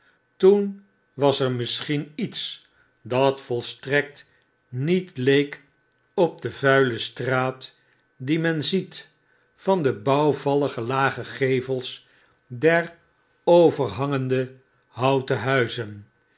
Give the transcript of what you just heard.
toen was er misschien iets dat volstrekt niet leek op de vuile straat die men ziet van de bouwvallige lage gevels der overhangendehouten huizen